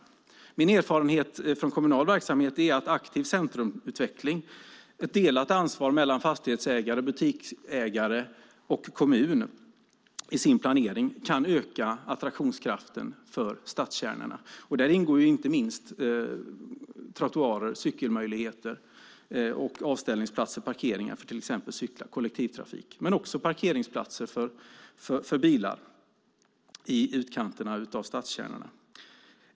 Min erfarenhet från kommunal verksamhet är att aktiv centrumutveckling, ett delat ansvar mellan fastighetsägare, butiksägare och kommunen vid planeringen, kan öka attraktionskraften för stadskärnorna. Där ingår inte minst trottoarer, cykelmöjligheter och avställningsplatser för till exempel cyklar och kollektivtrafik, men också parkeringsplatser för bilar i utkanterna av stadskärnorna.